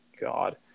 God